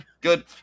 Good